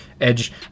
edge